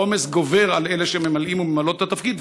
העומס גובר על אלה שממלאים וממלאות את התפקיד,